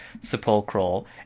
sepulchral